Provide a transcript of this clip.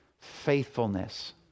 faithfulness